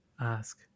ask